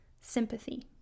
sympathy